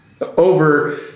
over